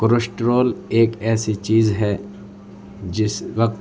cholesterol ایک ایسی چیز ہے جس وقت